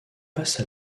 passe